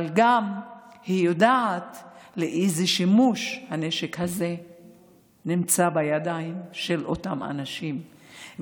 אבל היא גם יודעת לאיזה שימוש הנשק הזה נמצא בידיים של אותם אנשים,